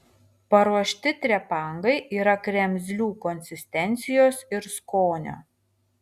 paruošti trepangai yra kremzlių konsistencijos ir skonio